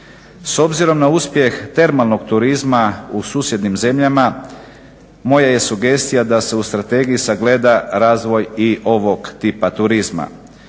S obzirom na uspjeh termalnog turizma u susjednim zemljama moja je sugestija da se u strategiji sagleda razvoj i ovog tipa turizma.